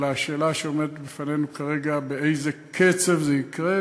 אלא השאלה שעומדת בפנינו כרגע היא באיזה קצב זה יקרה,